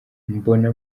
mbona